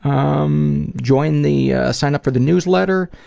um join the sign up for the newsletter,